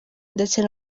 ndetse